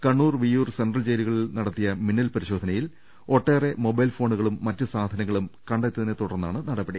Kannur Viyyur central ജയിലുകളിൽ നടത്തിയ മിന്നൽ പരിശോധനകളിൽ ഒട്ടേറെ മൊബൈൽ ഫോണുകളും മറ്റ് സാധനങ്ങളും കണ്ടെത്തി യതിനെത്തുടർന്നാണ് നടപടി